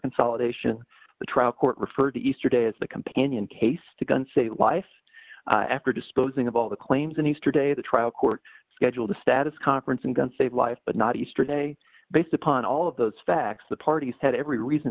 consolidation the trial court referred to easter day as the companion case to gun say wife after disposing of all the claims and easter day the trial court scheduled a status conference and gun save life but not yesterday based upon all of those facts the parties had every reason